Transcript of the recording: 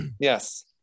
Yes